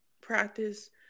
practice